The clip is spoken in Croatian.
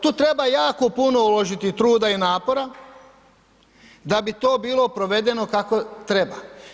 Tu treba jako puno uložiti truda i napora da bi to bilo provedeno kako treba.